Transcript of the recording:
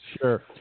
Sure